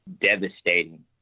devastating